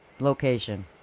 Location